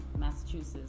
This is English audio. Massachusetts